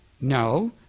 No